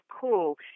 cool